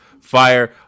fire